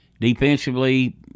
Defensively